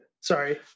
Sorry